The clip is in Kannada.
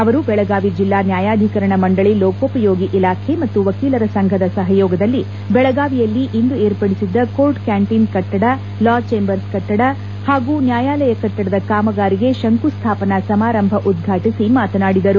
ಅವರುಬೆಳಗಾವಿ ಜಿಲ್ಲಾ ನ್ವಾಯಾಧೀಕರಣ ಮಂಡಳಿ ಲೋಕೋಪಯೋಗಿ ಇಲಾಖೆ ಮತ್ತು ವಕೀಲರ ಸಂಘದ ಸಹಯೋಗದಲ್ಲಿ ಬೆಳಗಾವಿಯಲ್ಲಿ ಇಂದು ಏರ್ಪಡಿಸಿದ ಕೋರ್ಟ್ ಕ್ಯಾಂಟೀನ್ ಕಟ್ಟಡ ಲಾ ಚೇಂಬರ್ಸ್ ಕಟ್ಟಡ ಹಾಗೂ ನ್ಣಾಯಾಲಯ ಕಟ್ಟಡ ದ ಕಾಮಗಾರಿಗೆ ಶಂಕು ಸ್ವಾಪನಾ ಸಮಾರಂಭ ಉದ್ವಾಟಿಸಿ ಮಾತನಾಡಿದರು